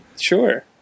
Sure